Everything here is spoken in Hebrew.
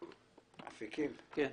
קודם